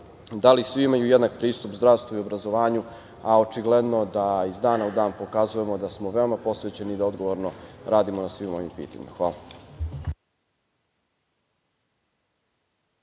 da li svi imaju jednak pristup zdravstvu i obrazovanju, a očigledno da iz dana u dan pokazujemo da smo veoma posvećeni da odgovorno radimo na svim ovim pitanjima. Hvala.